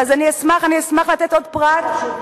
אז אני אשמח לתת עוד פרט, הדברים חשובים.